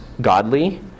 godly